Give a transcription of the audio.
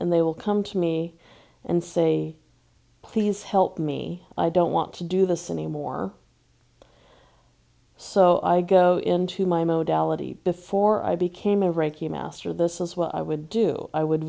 and they will come to me and say please help me i don't want to do this anymore so i go into my mode ality before i became a rank you master this is what i would do i would